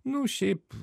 nu šiaip